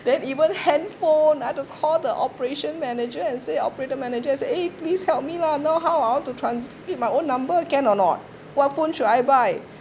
then even handphone I have to call the operation manager and say operator manager say eh please help me lah now how ah I want to transmit my own number can or not what phone should I buy